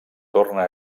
torna